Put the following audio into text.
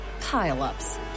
pile-ups